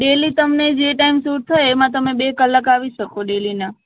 daily તમને જે time suit થાય એમાં તમે બે કલાક આવી શકો ડેઈલીના